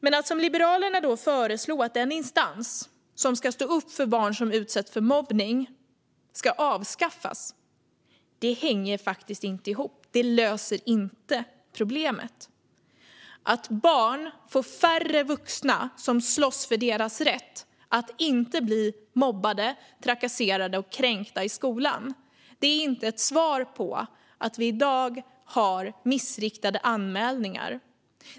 Men att som Liberalerna föreslå att den instans som ska stå upp för barn som utsätts för mobbning ska avskaffas hänger faktiskt inte ihop. Det löser inte problemet. Att barn får färre vuxna som slåss för deras rätt att inte bli mobbade, trakasserade och kränkta i skolan är inte ett svar på att vi i dag har missriktade anmälningar.